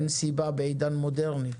אין סיבה לזה בעידן מודרני.